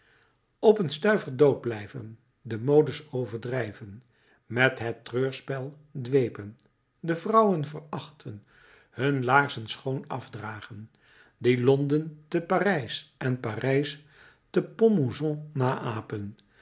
op een stuiver dood blijven de modes overdrijven met het treurspel dwepen de vrouwen verachten hun laarzen schoon afdragen die londen te parijs en parijs te pont à mousson naäpen